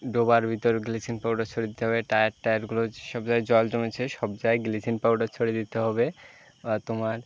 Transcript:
ডোবার ভিতর bleaching powder ছড়িয়ে দিতে হবে টায়ার টায়ারগুলো যেসব জায়গায় জল জমেছে সব জায়গায় ব্লিচিং পাউডার ছড়িয়ে দিতে হবে আর তোমার